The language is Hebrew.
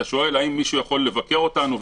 אתה שואל האם מישהו יכול לבקר אותנו,